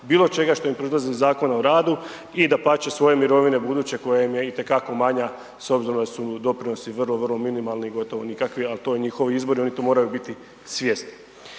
bilo čega što im proizlazi iz Zakona o radu i dapače, svoje mirovine, buduća koja im je itekako manja s obzirom da su doprinosi vrlo, vrlo minimalni, gotovo nikakvi ali to je njihov izbor i oni to moraju biti svjesni.